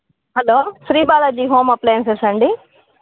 hello Shri Balaji home అప్లయన్సెస్సా అండి